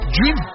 Dream